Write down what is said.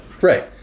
Right